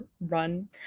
run